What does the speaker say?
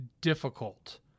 difficult